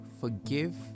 forgive